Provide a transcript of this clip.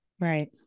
Right